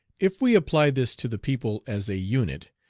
if we apply this to the people as a unit,